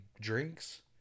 drinks